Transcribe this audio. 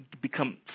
become